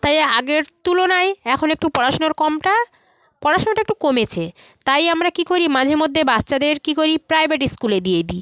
তাই আগের তুলনায় এখন একটু পড়াশোনার কমটা পড়াশোনাটা একটু কমেছে তাই আমরা কী করি মাঝের মধ্যে বাচ্চাদের কী করি প্রাইভেট স্কুলে দিয়ে দিই